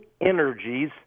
energies